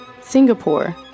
Singapore